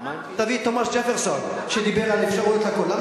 תביא את תומס ג'פרסון שדיבר על אפשרויות לכול.